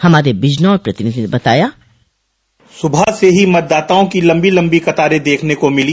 हमारे बिजनौर प्रतिनिधि ने बताया सुबह से ही मतदाताओं की लम्बी लम्बी कतारे देखने को मिली